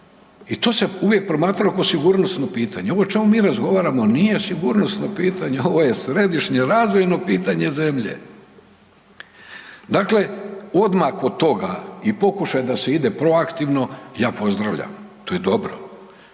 i to se uvijek promatralo ko sigurnosno pitanje. Ovo o čemu mi razgovaramo nije sigurnosno pitanje, ovo je središnje razvojno pitanje zemlje. Dakle, odmah kod toga i pokušaj da se ide proaktivno, ja pozdravljam, to je dobro.